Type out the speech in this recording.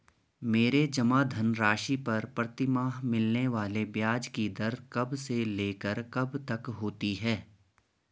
मेरे जमा धन राशि पर प्रतिमाह मिलने वाले ब्याज की दर कब से लेकर कब तक होती है?